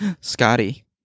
Scotty